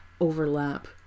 overlap